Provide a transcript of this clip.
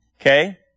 okay